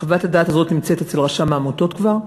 חוות הדעת הזאת נמצאת אצל רשם העמותות כבר,